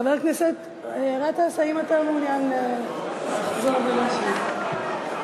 חבר הכנסת גטאס, האם אתה מעוניין לחזור ולשאול?